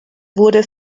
wurde